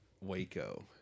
Waco